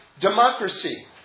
democracy